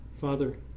Father